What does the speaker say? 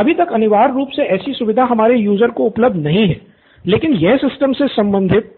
अभी तक अनिवार्य रूप से ऐसी सुविधा हमारे यूज़र को उपलब्ध नहीं है लेकिन यह सिस्टम से संबंधित